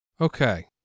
Okay